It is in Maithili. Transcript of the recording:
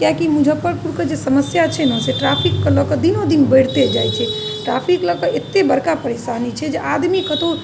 कियाकि मुजफ्फरपुर के जे समस्या छै ने से ट्रैफिकके लऽ कऽ दिनोदिन बढ़िते जाइ छै तऽ ट्रैफिकके लऽ कऽ तऽ एते बड़का परेशानी छी जे आदमी कतहु